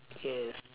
yes